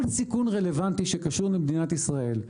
כל סיכון רלוונטי שקשור למדינת ישראל,